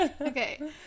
okay